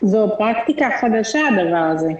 --- זו פרקטיקה חדשה הדבר הזה.